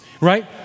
right